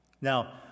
Now